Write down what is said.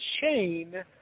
chain